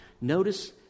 notice